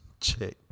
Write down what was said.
check